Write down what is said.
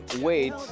wait